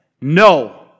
No